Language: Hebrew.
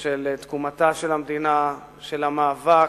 של תקומתה של המדינה, של המאבק,